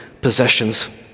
possessions